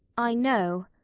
i know.